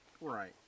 right